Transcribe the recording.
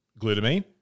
glutamine